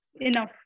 enough